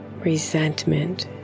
Resentment